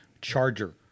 charger